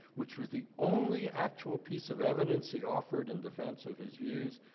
which was the only actual piece of evidence he offered in defense of his views,